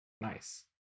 Nice